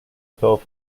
cloth